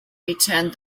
returned